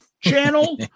channel